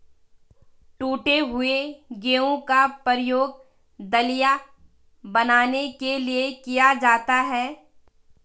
टूटे हुए गेहूं का प्रयोग दलिया बनाने के लिए किया जाता है